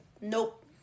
nope